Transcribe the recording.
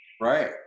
right